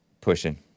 pushing